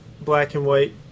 black-and-white